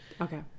Okay